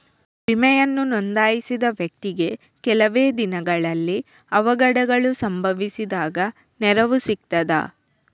ವಿಮೆಯನ್ನು ನೋಂದಾಯಿಸಿದ ವ್ಯಕ್ತಿಗೆ ಕೆಲವೆ ದಿನಗಳಲ್ಲಿ ಅವಘಡಗಳು ಸಂಭವಿಸಿದಾಗ ನೆರವು ಸಿಗ್ತದ?